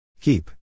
Keep